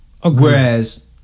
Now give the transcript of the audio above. whereas